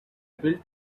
built